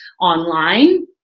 online